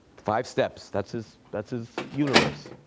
five steps, that's his that's his universe.